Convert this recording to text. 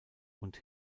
und